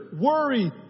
worry